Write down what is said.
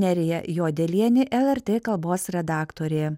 nerija juodelienė lrt kalbos redaktorė